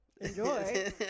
Enjoy